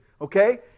okay